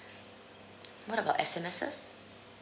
what about S_M_Ses